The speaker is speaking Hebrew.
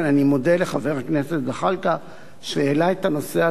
אני מודה לחבר הכנסת זחאלקה על שהעלה את הנושא הזה,